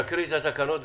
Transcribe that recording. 15 במרץ 2021,